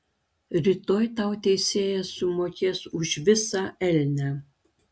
rytoj tau teisėjas sumokės už visą elnią